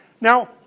now